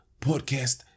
Podcast